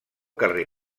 carrer